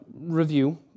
review